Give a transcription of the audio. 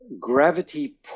Gravity